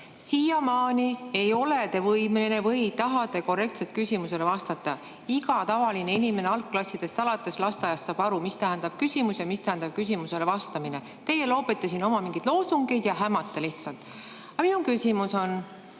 siiamaani ei ole te võimeline või ei taha te korrektselt küsimusele vastata. Iga tavaline inimene algklassidest ja lasteaiast alates saab aru, mis tähendab küsimus ja mis tähendab küsimusele vastamine. Teie loobite siin oma mingeid loosungeid ja hämate lihtsalt. Aga minu küsimus on.